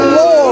Lord